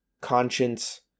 conscience